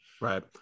Right